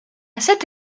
cette